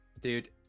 dude